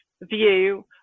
view